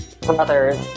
brothers